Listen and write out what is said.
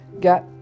got